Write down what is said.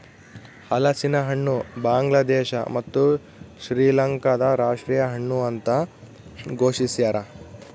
ಹಲಸಿನಹಣ್ಣು ಬಾಂಗ್ಲಾದೇಶ ಮತ್ತು ಶ್ರೀಲಂಕಾದ ರಾಷ್ಟೀಯ ಹಣ್ಣು ಅಂತ ಘೋಷಿಸ್ಯಾರ